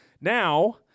Now